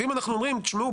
ואם אנחנו אומרים: תשמעו,